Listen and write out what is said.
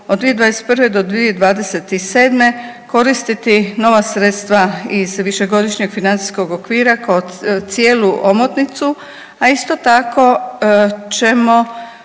od 2021. do 2027. koristiti nova sredstva iz Višegodišnjeg financijskog okvira, kod cijelu omotnicu, a isto ćemo